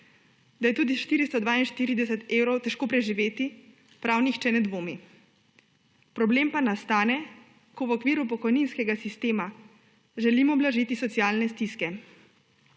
Da je s tudi 442 evri težko preživeti, prav nihče ne dvomi, problem pa nastane, ko v okviru pokojninskega sistema želimo blažiti socialne stiske.